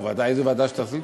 איזו ועדה שתרצי,